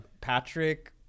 Patrick